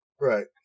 Right